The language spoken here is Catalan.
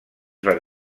van